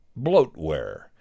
bloatware